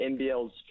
NBL's